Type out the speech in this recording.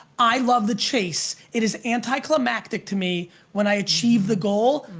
i love the chase. it is anticlimactic to me when i achieve the goal.